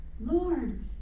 Lord